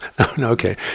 Okay